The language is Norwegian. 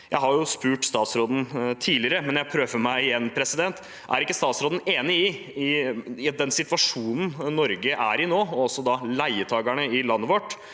Jeg har spurt statsråden tidligere, men jeg prøver meg igjen: Er ikke statsråden enig i at i en situasjon som den Norge er i nå, også leietakerne i landet vårt,